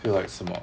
feel like 什么